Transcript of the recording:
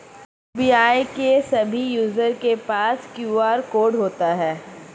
UPI के सभी user के पास क्यू.आर कोड होता है